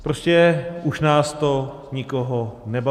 Prostě už nás to nikoho nebaví.